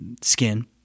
skin